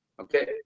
Okay